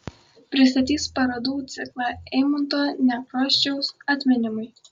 pristatys parodų ciklą eimunto nekrošiaus atminimui